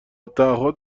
تعهد